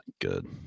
good